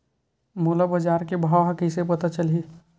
मोला बजार के भाव ह कइसे पता चलही?